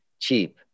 cheap